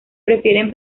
prefieren